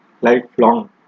lifelong